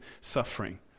suffering